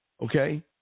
Okay